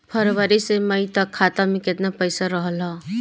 फरवरी से मई तक खाता में केतना पईसा रहल ह?